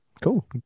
Cool